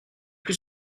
plus